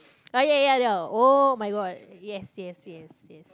ah ya ya ya ya oh-my-god yes yes yes yes